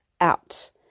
out